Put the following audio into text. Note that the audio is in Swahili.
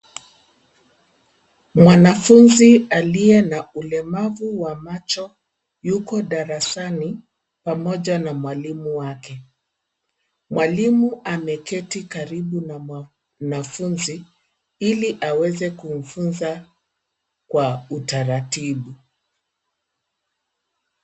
Mwanafunzi aliye na ulemavu wa macho, yuko darasani pamoja na mwalimu wake. Mwalimu ameketi karibu na mwanafunzi ili aweze kumfunza kwa utaratibu.